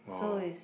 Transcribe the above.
so it's